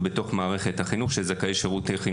על מנת שאנחנו נוכל לשנות בהתאם לצרכים שלנו.